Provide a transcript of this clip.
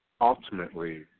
ultimately